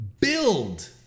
build